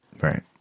Right